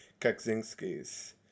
Kaczynski's